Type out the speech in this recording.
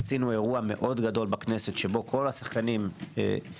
עשינו אירע מאוד גדול בכנסת שבו כל השחקנים הגיעו,